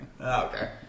Okay